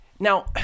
Now